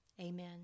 Amen